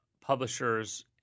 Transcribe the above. publishers